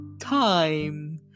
time